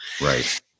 Right